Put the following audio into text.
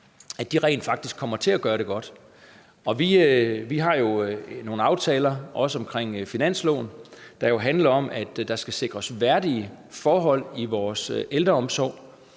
godt, rent faktisk kommer til at gøre det godt. Vi har nogle aftaler også omkring finansloven, der handler om, at der skal sikres værdige forhold i vores ældreomsorg,